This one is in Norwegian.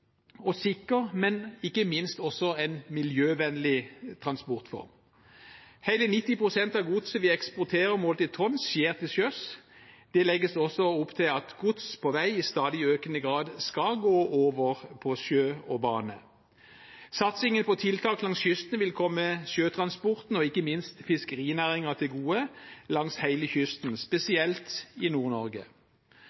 og sikker, men ikke minst også miljøvennlig transportform. Hele 90 pst. av godset vi eksporterer målt i tonn, skjer til sjøs. Det legges også opp til at gods på vei i stadig økende grad skal gå over på sjø og bane. Satsingen på tiltak langs kysten vil komme sjøtransporten og ikke minst fiskerinæringen til gode langs hele kysten,